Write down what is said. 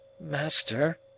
Master